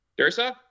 Dursa